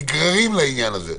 נגררים לעניין הזה.